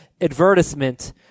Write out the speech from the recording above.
advertisement